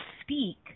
speak